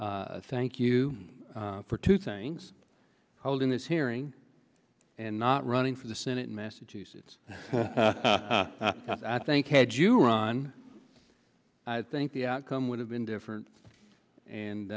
thank you for two things holding this hearing and not running for the senate in massachusetts i think had you ron i think the outcome would have been different and